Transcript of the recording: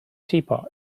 teapot